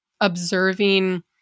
observing